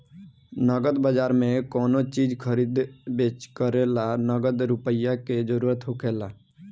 नगद बाजार में कोनो चीज खरीदे बेच करे ला नगद रुपईए के जरूरत होखेला